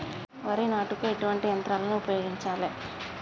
వరి నాటుకు ఎటువంటి యంత్రాలను ఉపయోగించాలే?